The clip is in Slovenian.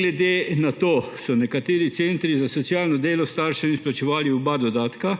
glede na to so nekateri centri za socialno delo staršem izplačevali oba dodatka,